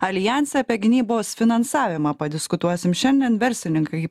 aljanse apie gynybos finansavimą padiskutuosim šiandien verslininkai